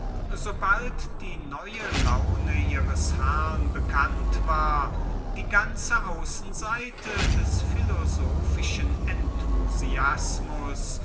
sie die neue laune ihres herrn gewahr worden waren die ganze außenseite des philosophischen enthusiasmus